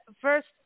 First